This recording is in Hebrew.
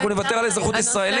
אנחנו נוותר על האזרחות הישראלית.